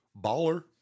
Baller